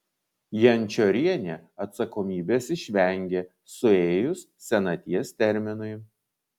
jančiorienė atsakomybės išvengė suėjus senaties terminui